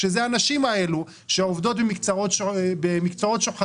הנשים האלה שעובדות במקצועות שוחקים,